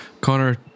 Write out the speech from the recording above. Connor